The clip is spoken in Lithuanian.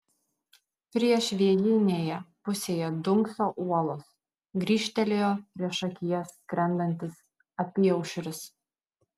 priešvėjinėje pusėje dunkso uolos grįžtelėjo priešakyje skrendantis apyaušris